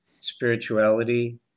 spirituality